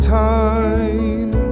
time